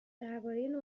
درباره